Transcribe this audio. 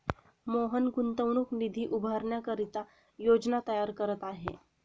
मोहन गुंतवणूक निधी उभारण्याकरिता योजना तयार करत आहे